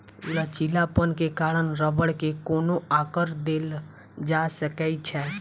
लचीलापन के कारण रबड़ के कोनो आकर देल जा सकै छै